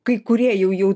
kai kurie jau jau